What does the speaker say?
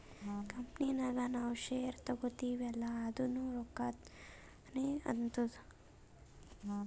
company ನಾಗ್ ನಾವ್ share ತಗೋತಿವ್ ಅಲ್ಲಾ ಅದುನೂ ರೊಕ್ಕಾನೆ ಆತ್ತುದ್